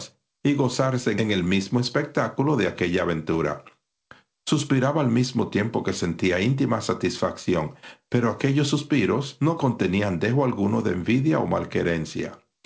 y gozarse en el espectáculo de aquella ventura suspiraba al mismo tiempo que sentía íntima satisfacción pero aquellos suspiros no contenían dejo alguno de envidia o malquerencia